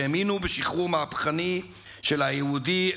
שהאמינו בשחרור מהפכני של היהודים,